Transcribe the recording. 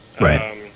Right